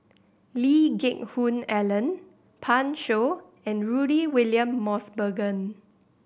Lee Geck Hoon Ellen Pan Shou and Rudy William Mosbergen